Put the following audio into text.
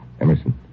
Emerson